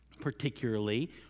Particularly